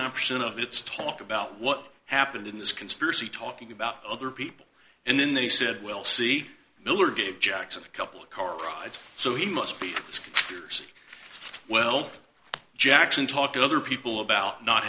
nine percent of its talk about what happened in this conspiracy talking about other people and then they said we'll see miller gave jackson a couple of car rides so he must be years well jackson talk to other people about not